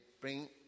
bring